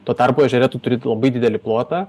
tuo tarpu ežere tu turi labai didelį plotą